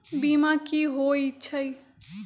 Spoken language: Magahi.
बीमा कि होई छई?